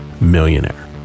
millionaire